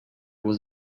was